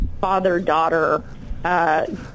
father-daughter